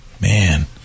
Man